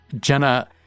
Jenna